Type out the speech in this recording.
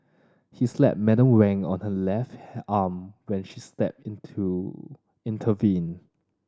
he slapped Madam Wang on her left arm when she stepped in to intervene